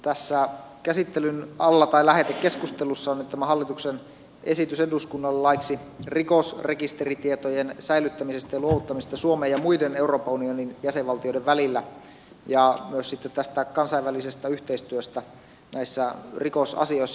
tässä lähetekeskustelussa on nyt tämä hallituksen esitys eduskunnalle laiksi rikosrekisteritietojen säilyttämisestä ja luovuttamisesta suomen ja muiden euroopan unionin jäsenvaltioiden välillä ja myös sitten tästä kansainvälisestä yhteistyöstä näissä rikosasioissa